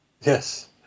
Yes